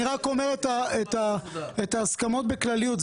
אני רק אומר את ההסכמות בכלליות.